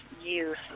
youth